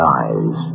eyes